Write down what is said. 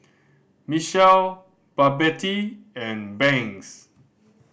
Michele Babette and Banks